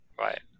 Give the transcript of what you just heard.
Right